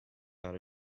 outer